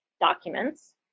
documents